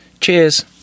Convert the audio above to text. Cheers